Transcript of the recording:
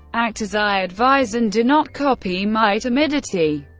act as i advise and do not copy my timidity.